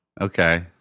Okay